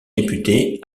député